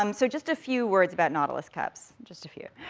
um so just a few words about nautilus cups, just a few.